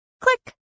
Click